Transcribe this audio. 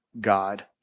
God